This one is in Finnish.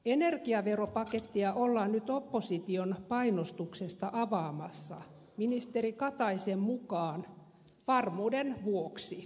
energiaveropakettia ollaan nyt opposition painostuksesta avaamassa ministeri kataisen mukaan varmuuden vuoksi